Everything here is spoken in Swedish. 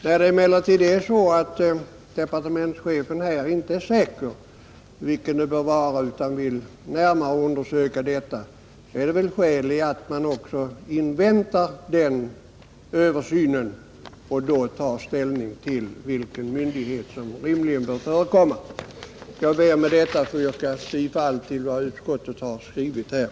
När departementschefen emellertid inte är säker på vilken myndighet det bör vara utan vill närmare undersöka detta, finns det väl skäl i att invänta den tilltänkta översynen och därefter ta ställning till vilken myndighet som rimligen bör komma i fråga. Jag ber med detta, herr talman, att få yrka bifall till utskottets hemställan.